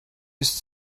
ist